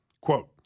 quote